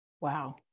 Wow